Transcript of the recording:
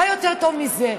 מה יותר טוב מזה?